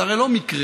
זה הרי לא מקרה